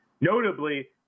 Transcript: notably